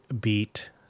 beat